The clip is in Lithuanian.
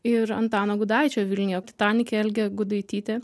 ir antano gudaičio vilniuje titanike algė gudaitytė